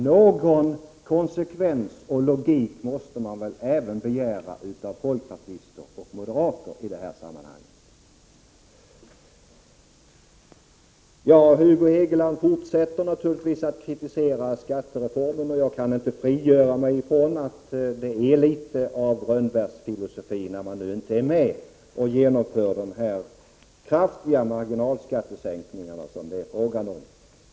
Någon konsekvens och logik måste man väl begära även av folkpartister och moderater i det här sammanhanget. Hugo Hegeland fortsätter naturligtvis att kritisera skattereformen, och jag kan inte frigöra mig från tanken att det är litet av rönnbärsfilosofi nu när man inte är med och genomför de kraftiga marginalskattesänkningar som det är fråga om.